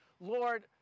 Lord